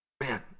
man